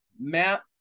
Matt